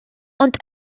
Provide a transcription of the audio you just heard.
ond